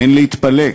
אין להתפלא,